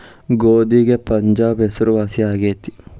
ಗೋಧಿಗೆ ಪಂಜಾಬ್ ಹೆಸರುವಾಸಿ ಆಗೆತಿ